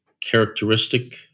characteristic